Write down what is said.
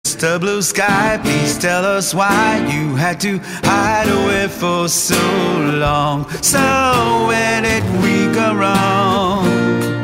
כתוביות דיוקים על ידי כתוביות אינסטגרם. הקטע באנגלית המלל לא נכון.